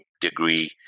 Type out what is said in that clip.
degree